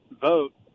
vote